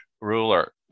ruler